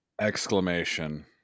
exclamation